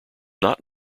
not